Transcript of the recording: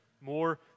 more